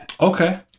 Okay